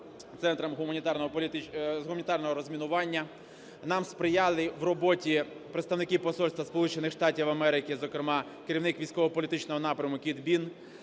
центром з гуманітарного розмінування. Нам сприяли в роботі представники Посольства Сполучених Штатів Америки, зокрема керівник військово-політичного напрямку Кіт Бін.